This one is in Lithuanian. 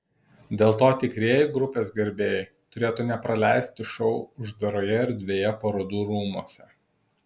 dėl to tikrieji grupės gerbėjai turėtų nepraleisti šou uždaroje erdvėje parodų rūmuose